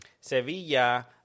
Sevilla